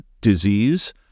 disease